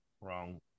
wrong